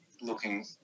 looking